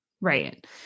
Right